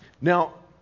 now